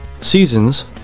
seasons